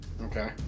Okay